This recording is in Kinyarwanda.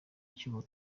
icyo